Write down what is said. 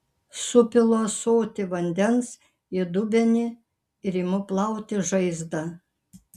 supilu ąsotį vandens į dubenį ir imu plauti žaizdą